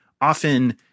often